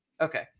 Okay